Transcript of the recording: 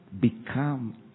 Become